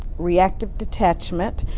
reactive detachment.